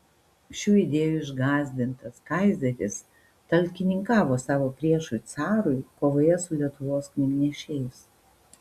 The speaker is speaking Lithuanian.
šių idėjų išgąsdintas kaizeris talkininkavo savo priešui carui kovoje su lietuvos knygnešiais